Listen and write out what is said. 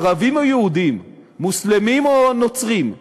ערבים או יהודים, מוסלמים או נוצרים,